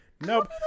nope